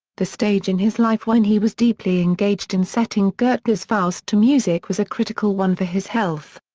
the stage in his life when he was deeply engaged in setting goethe's faust to music was a critical one for his health.